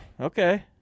okay